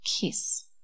kiss